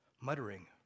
muttering